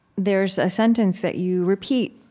there is a sentence that you repeat,